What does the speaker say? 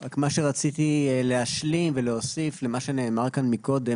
רק מה שרציתי להשלים ולהוסיף למה שנאמר כאן מקודם,